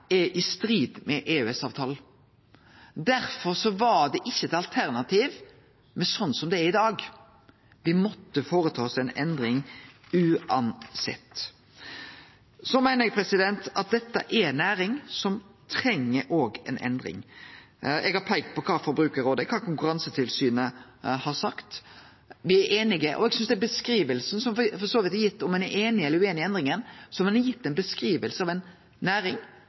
er i strid med EØS-avtalen. Derfor var det ikkje eit alternativ sånn som det er i dag. Me måtte uansett gjere ei endring. Eg meiner at dette er ei næring som treng ei endring. Eg har peikt på kva Forbrukarrådet og Konkurransetilsynet har sagt. Me er einige. Og eg synest for så vidt at anten ein er einig eller ueinig i endringa, så har ein gitt ei beskriving av ei næring som treng å få til ei endring. Så har